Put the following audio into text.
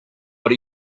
are